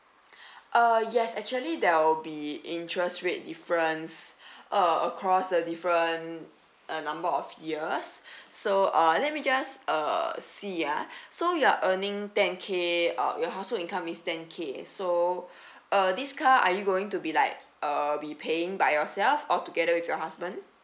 uh yes actually there will be interest rate difference uh across the different uh number of years so uh let me just uh see ah so you are earning ten K uh your household income is ten K so uh this car are you going to be like uh be paying by yourself or together with your husband